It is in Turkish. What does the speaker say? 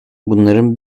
bunların